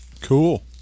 Cool